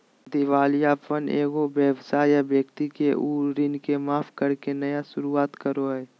दिवालियापन एगो व्यवसाय या व्यक्ति के उन ऋण के माफ करके नया शुरुआत करो हइ